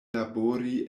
labori